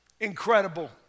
incredible